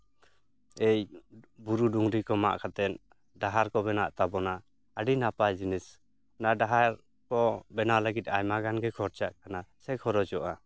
ᱮᱭ ᱵᱩᱨᱩ ᱰᱩᱝᱨᱤ ᱠᱚ ᱢᱟᱜ ᱠᱟᱛᱮᱫ ᱰᱟᱦᱟᱨ ᱠᱚ ᱵᱮᱱᱟᱣᱮᱫ ᱛᱟᱵᱚᱱᱟ ᱟᱹᱰᱤ ᱱᱟᱯᱟᱭ ᱡᱤᱱᱤᱥ ᱚᱱᱟ ᱰᱟᱦᱟᱨ ᱠᱚ ᱵᱮᱱᱟᱣ ᱞᱟᱹᱜᱤᱫ ᱟᱭᱢᱟ ᱜᱟᱱ ᱜᱮ ᱠᱷᱚᱨᱪᱟᱜ ᱠᱟᱱᱟ ᱥᱮ ᱠᱷᱚᱨᱚᱪᱚᱜᱼᱟ